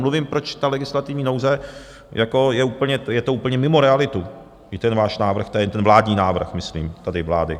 Mluvím, proč ta legislativní nouze, jako je to úplně mimo realitu, i ten váš návrh, ten vládní návrh, myslím tady vlády.